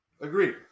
Agreed